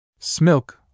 Smilk